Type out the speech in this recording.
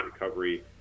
recovery